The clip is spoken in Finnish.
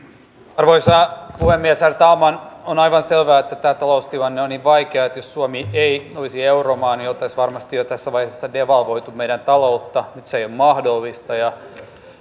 arvoisa puhemies herr talman on aivan selvää että tämä taloustilanne on niin vaikea että jos suomi ei olisi euromaa niin oltaisiin varmasti jo tässä vaiheessa devalvoitu meidän taloutta nyt se ei ole mahdollista